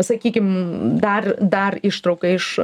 sakykim dar dar ištrauka iš